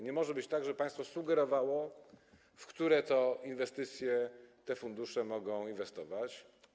Nie może być tak, żeby państwo sugerowało, w które to inwestycje te fundusze mogą inwestować.